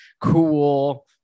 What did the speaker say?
cool